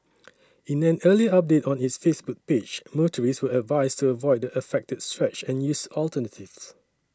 in an early update on its Facebook page motorists were advised to avoid the affected stretch and use alternatives